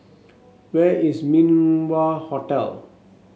where is Min Wah Hotel